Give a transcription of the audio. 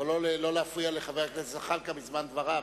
אבל לא להפריע לחבר הכנסת זחאלקה בדבריו.